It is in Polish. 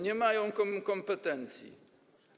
Nie mają kompetencji.